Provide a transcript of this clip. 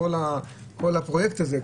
כל הפרויקט הזה,